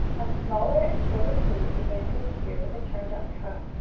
a smaller and shorter sleeve began to appear with a turned-up cuff,